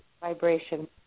vibration